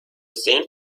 san